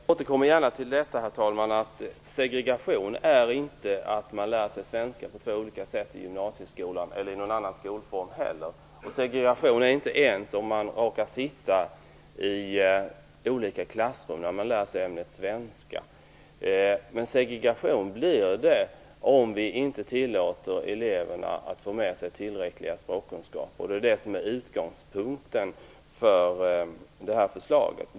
Herr talman! Jag återkommer gärna till detta att det inte är segregation när man lär sig svenska på två olika sätt i gymnasieskolan eller i någon annan skolform. Det är inte segregation ens om man råkar sitta i olika klassrum när man lär sig ämnet svenska. Men det blir segregation om vi inte tillåter eleverna att få med sig tillräckliga språkkunskaper. Det är det som är utgångspunkten för det här förslaget.